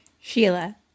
Sheila